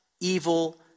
evil